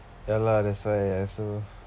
ya lah that's why I also